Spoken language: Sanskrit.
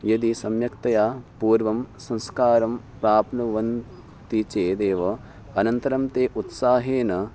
यदि सम्यक्तया पूर्वं संस्कारं प्राप्नुवन्ति चेदेव अनन्तरं ते उत्साहेन